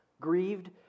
Grieved